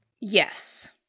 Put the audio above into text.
Yes